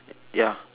ya